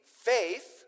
faith